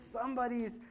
Somebody's